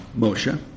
Moshe